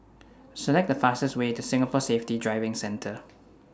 Select The fastest Way to Singapore Safety Driving Centre